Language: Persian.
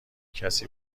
کسی